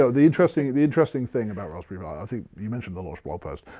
so the interesting the interesting thing about raspberry pi, i think you mentioned the launch blog post,